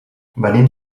venim